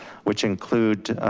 which include